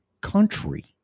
country